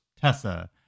Tessa